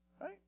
right